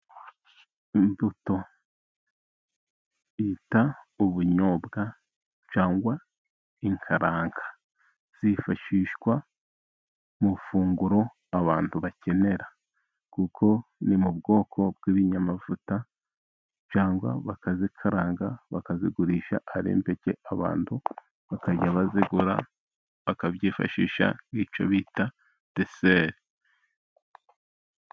Imbuto bita ubunyobwa cyangwa inkaranga, zifashishwa mu mafunguro abantu bakenera. kuko ni mu bwoko bw'ibinyamavuta, cyangwa bakazikaranga bakazigurisha, ari impeke, abantu bakajya bazigura bakabyifashisha mu cyo bita deseri.